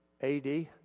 AD